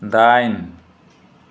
दाइन